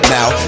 Now